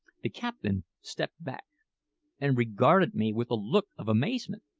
the captain stepped back and regarded me with a look of amazement.